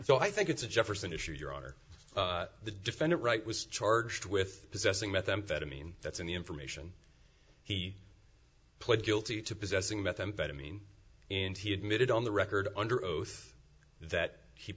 so i think it's a jefferson issue your honor the defendant right was charged with possessing methamphetamine that's in the information he pled guilty to possessing methamphetamine and he admitted on the record under oath that he